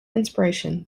inspiration